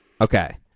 Okay